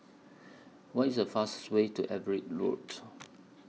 What IS The fastest Way to Everitt Road